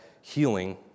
healing